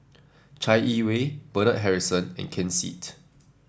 Chai Yee Wei Bernard Harrison and Ken Seet